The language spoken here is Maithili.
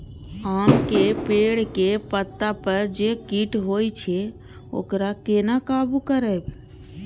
आम के पेड़ के पत्ता पर जे कीट होय छे वकरा केना काबू करबे?